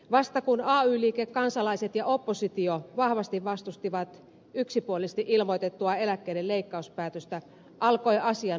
vasta sitten kun ay liike kansalaiset ja oppositio vahvasti vastustivat yksipuolisesti ilmoitettua eläkkeiden leikkauspäätöstä alkoi asian uudelleenarviointi